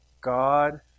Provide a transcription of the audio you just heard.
God